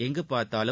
எங்கு பார்த்தாலும்